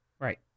Right